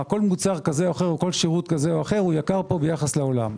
שכל מוצר כזה או אחר או שירות כזה או אחר יקר ביחס לעולם.